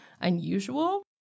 unusual